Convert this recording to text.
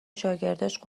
شاگرداش